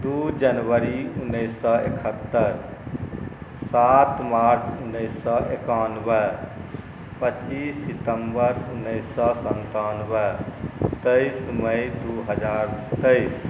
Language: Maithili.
दुइ जनवरी उनैस सओ एकहत्तरि सात मार्च उनैस सओ एकानवे पच्चीस सितम्बर उनैस सओ सनतानवे तेइस मइ दुइ हजार तेइस